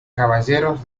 caballeros